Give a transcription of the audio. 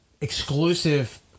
exclusive